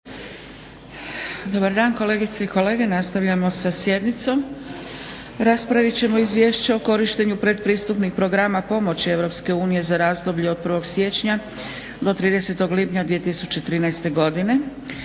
Dobar dan kolegice i kolege. Nastavljamo sa sjednicom. Raspravit ćemo: - Izvješće o korištenju pretpristupnih programa pomoći EU za razdoblje od 1. siječnja do 30. lipnja 2013. godine